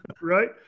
Right